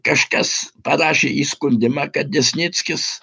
kažkas parašė įskundimą kad desnickis